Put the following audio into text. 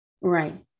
Right